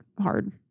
hard